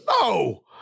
No